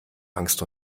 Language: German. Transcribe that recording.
angst